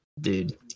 Dude